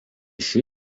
šių